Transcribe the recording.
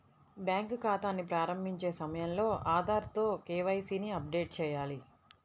bank ఖాతాని ప్రారంభించే సమయంలో ఆధార్ తో కే.వై.సీ ని అప్డేట్ చేయాలి